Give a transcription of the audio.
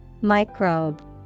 Microbe